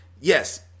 yes